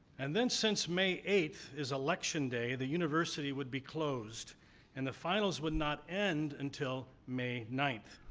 and, then, since may eighth is election day, the university would be closed and the finals would not end until may ninth.